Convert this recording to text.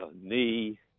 knee